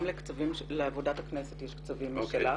גם לעבודת הכנסת יש קצבים משלה.